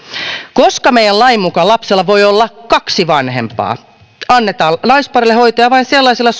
koska meidän lakimme mukaan lapsella voi olla kaksi vanhempaa annetaan naisparille hoitoja vain sellaisilla